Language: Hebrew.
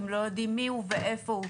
אם לא יודעים מי הוא ואיפה הוא.